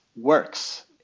works